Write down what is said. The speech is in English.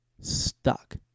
Stuck